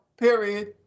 period